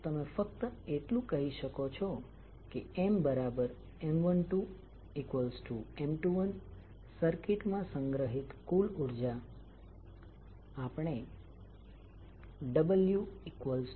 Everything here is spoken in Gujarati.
હવે ચાલો આપણે 2 કોઇલનો વિચાર કરીએ અને આપણે એમ માની લઈએ કે તેમની પાસે સેલ્ફ ઇન્ડકટન્સ L1 અને L2 છે અને બંને કોઇલ એકબીજાની નજીક માં મૂકવામાં આવે છે